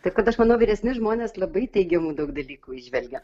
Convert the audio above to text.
taip kad aš manau vyresni žmonės labai teigiamų daug dalykų įžvelgia